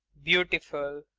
beautiful.